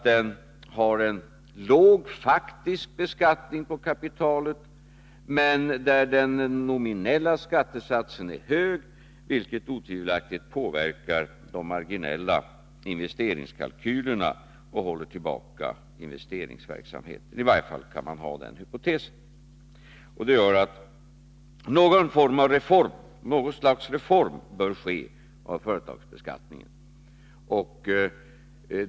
Den faktiska beskattningen på kapitalet är låg, medan den nominella skattesatsen är hög, vilket otvivelaktigt påverkar de marginella investeringskalkylerna och håller tillbaka investeringsverksamheten. I vilket fall som helst kan man ha den hypotesen. Detta gör att det bör ske något slag av reformering av företagsbeskattningen.